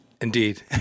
Indeed